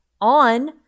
on